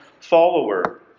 follower